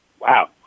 Wow